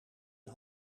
een